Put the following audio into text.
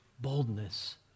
boldness